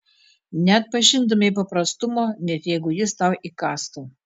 neatpažintumei paprastumo net jeigu jis tau įkąstų